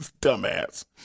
dumbass